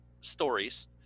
stories